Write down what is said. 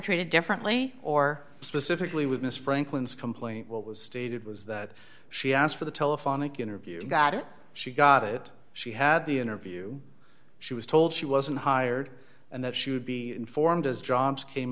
treated differently or specifically with ms franklin's complaint what was stated was that she asked for the telephonic interview and got it she got it she had the interview she was told she wasn't hired and that she would be informed as jobs came